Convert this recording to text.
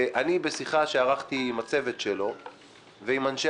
בשיחה שערכתי עם הצוות שלו ועם אנשי